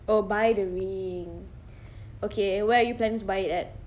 oh buy the ring okay where are you planning to buy it at